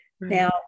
Now